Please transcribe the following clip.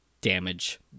damage